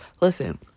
listen